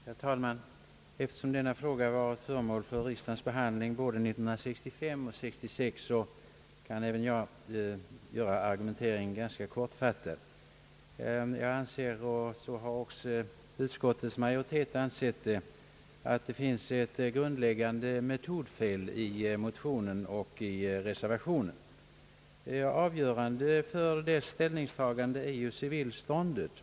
Herr talman! Eftersom denna fråga varit föremål för riksdagens behandling både 1965 och 1966, kan även jag göra argumenteringen ganska kortfattad. Jag anser — och så har också utskottets majoritet ansett — att det finns ett grundläggande metodfel i motionen och reservationen. Avgörande för deras ställningstagande är ju <civilståndet.